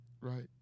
Right